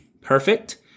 Perfect